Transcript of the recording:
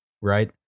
right